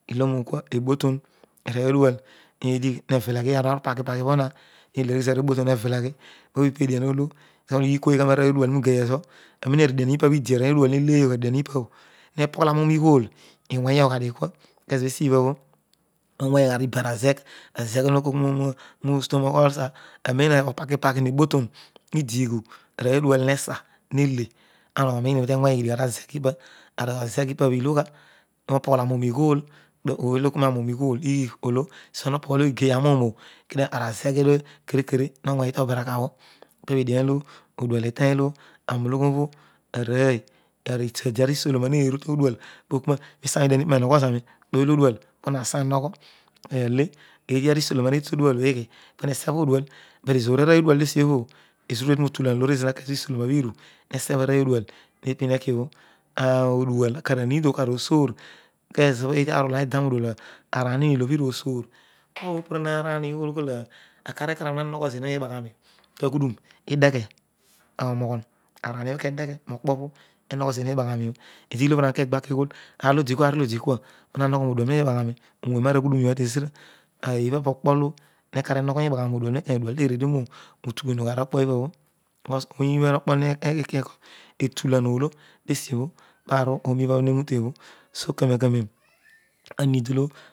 Iloghomio eghol ebotow anovy odual wedry hevele ghiir arqupakipakobova heleneghi pari boton obho heveleghi lbha pediánske ikoogha parory adual mugler arden anidiom ipash idi arowy odual weleghor eri diam ita bho hepogeol arouum ighool i weyoghado kua, kezobno esilhasho howeryogha oibara begh, ezesh blo no kookua rag aroen oparkipako weboton idiigh "anopy odual mesa hele nopoghol arouro ighol anazegh irabho ilogha esibhabuo wo poghol igeny omuum oblo kedio ana ezagh olo adike kere nowein to boma kabh krue die ghe odual itany olo arol uloylo ra tochia idiarussian pe wyho zarol ooy olodual pa nosa olayho ole arooy kedeyhe rookpobho olo gho zena roubagha mobho ezo ilobho urawony aar olodi kua, parobho ouroibha hejou te bho bo kariku karopu na meed olo.